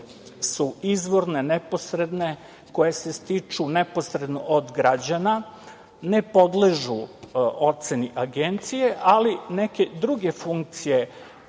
su izvorne, neposredne, koje se stiču neposredno od građana, ne podležu oceni agencije, ali neke druge funkcije,